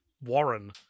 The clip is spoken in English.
warren